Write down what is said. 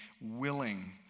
willing